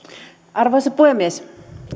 arvoisa puhemies